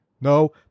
No